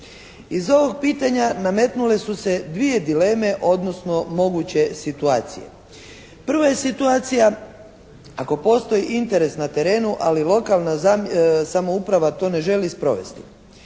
Iz ovog pitanja nametnule su se dvije dileme, odnosno moguće situacije. Prva je situacija, ako postoji interes na terenu, ali lokalna samouprava to ne želi sprovesti.